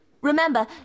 Remember